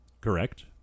Correct